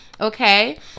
okay